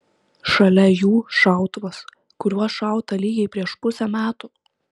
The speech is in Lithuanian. šalia jų šautuvas kuriuo šauta lygiai prieš pusę metų